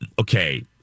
Okay